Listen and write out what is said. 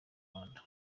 rwanda